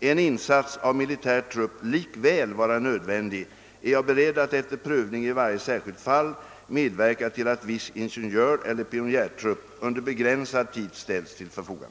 en insats av militär trupp likväl vara nödvändig, är jag beredd att efter prövning i varje särskilt fall medverka till att viss ingenjöreller pionjärtrupp under begränsad tid ställs till förfogande.